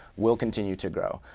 will continue to grow.